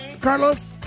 Carlos